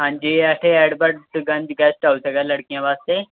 ਹਾਂਜੀ ਐਸੇ Edward Ganj guest house ਹੈਗਾ ਲੜਕੀਆਂ ਵਾਸਤੇ